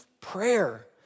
prayer